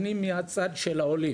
אז אני מהצד של העולים.